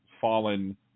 fallen